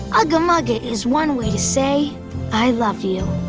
ugga mugga is one way to say i love you.